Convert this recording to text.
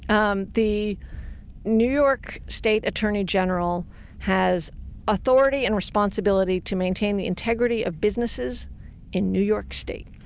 um the new york state attorney general has authority and responsibility to maintain the integrity of businesses in new york state.